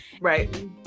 Right